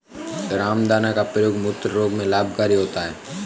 रामदाना का प्रयोग मूत्र रोग में लाभकारी होता है